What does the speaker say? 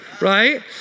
right